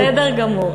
בסדר גמור.